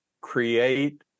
create